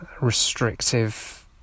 restrictive